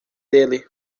dele